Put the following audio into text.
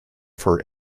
for